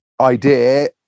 idea